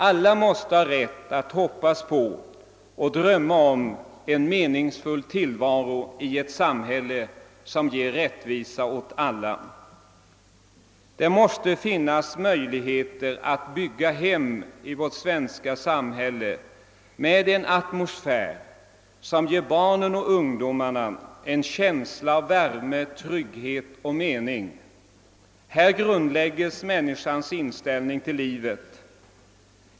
Alla måste ha rätt att hoppas på och drömma om en meningsfull tillvaro i ett samhälle som ger rättvisa åt alla. Det måste finnas möjligheter att bygga hem i vårt svenska samhälle med en atmosfär som ger barnen och ungdomarna en känsla av värme, trygghet och mening. Här grundlägges människans inställning till livet.